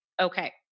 Okay